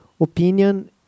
opinion